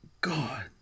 God